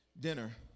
dinner